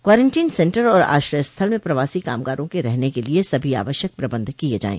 quarantine centre और आश्रय स्थल में प्रवासी कामगारों के रहने के लिए सभी आवश्यक प्रबन्ध किए जाएं